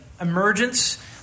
emergence